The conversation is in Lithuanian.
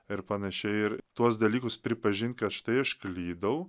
ir panašiai ir tuos dalykus pripažint kad štai aš klydau